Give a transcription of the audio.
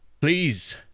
please